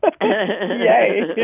Yay